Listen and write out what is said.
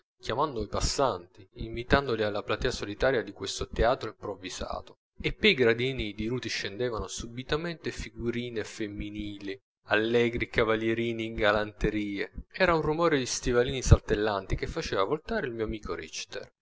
chiamando i passanti invitandoli alla platea solitaria di questo teatro improvvisato e pei gradini diruti scendevano subitamente figurine femminili allegri cavalierini in galanterie era un romore di stivalini saltellanti che faceva voltare il mio amico